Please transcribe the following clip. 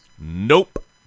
Nope